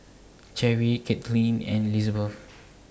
Cherrie Kaitlynn and Lizabeth